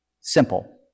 Simple